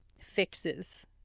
fixes